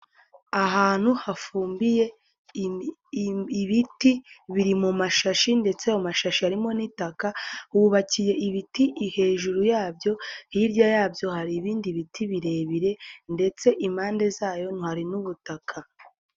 Ahantu hafumbiye ibiti biri mu mashashi ndetse ayo mashashi harimo n'itaka hubakiye ibiti hejuru yabyo hirya yabyo hari ibindi biti birebire ndetse impande zayo n'ubutaka.